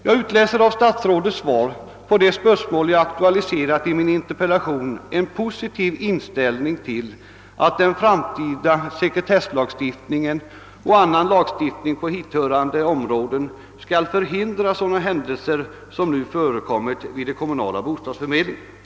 Jag utläser ur statsrådets svar på den fråga jag tagit upp i min interpellation en positiv inställning till att den framtida sekretesslagstiftningen och annan lagstiftning på hithörande områden skall förhindra sådant som nu förekommit vid de kommunala bostadsförmedlingarna.